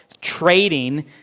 trading